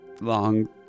Long